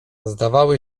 zdawały